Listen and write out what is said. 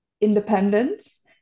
independence